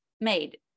made